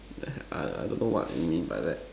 I don't know what you mean by that